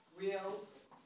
wheels